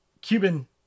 Cuban